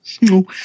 no